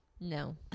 No